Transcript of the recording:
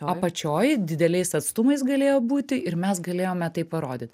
apačioj dideliais atstumais galėjo būti ir mes galėjome tai parodyt